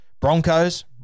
Broncos